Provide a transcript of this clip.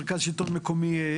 מרכז שלטון מקומי,